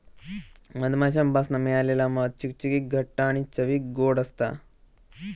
मधमाश्यांपासना मिळालेला मध चिकचिकीत घट्ट आणि चवीक ओड असता